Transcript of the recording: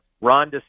Ron